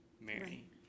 Mary